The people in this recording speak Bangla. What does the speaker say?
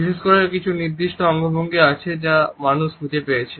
বিশেষ করে কিছু নির্দিষ্ট অঙ্গভঙ্গি আছে যা মানুষ খুঁজে পেয়েছে